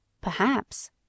Perhaps